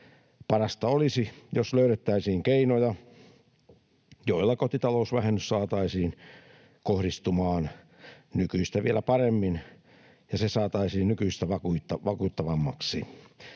Parasta olisi, jos löydettäisiin keinoja, joilla kotitalousvähennys saataisiin kohdistumaan nykyistä vielä paremmin ja se saataisiin nykyistä vakuuttavammaksi.